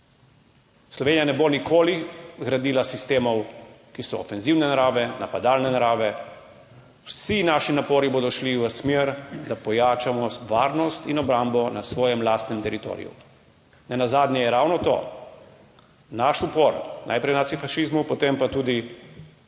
Slovenija ne bo nikoli gradila sistemov, ki so ofenzivne narave, napadalne narave. Vsi naši napori bodo šli v smer, da pojačamo varnost in obrambo na svojem lastnem teritoriju. Nenazadnje je ravno to naš upor najprej nacifašizmu, potem pa tudi